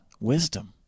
wisdom